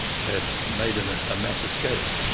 had made and ah a mass escape.